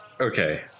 okay